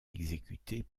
exécutés